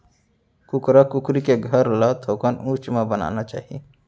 कुकरा कुकरी के घर ल थोकन उच्च म बनाना चाही